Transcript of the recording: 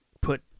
put